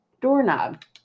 doorknob